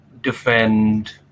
defend